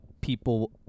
people